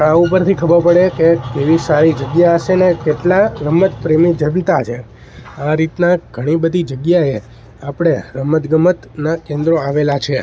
આ ઉપરથી ખબર પડે કે કેવી સારી જગ્યા હશે ને કેટલા રમત પ્રેમી છે આ રીતના ઘણી બધી જગ્યાએ આપણે રમત ગમતના કેન્દ્રો આવેલા છે